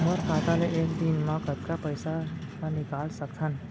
मोर खाता ले एक दिन म कतका पइसा ल निकल सकथन?